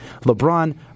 LeBron